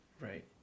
Right